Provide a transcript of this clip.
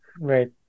Right